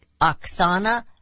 Oksana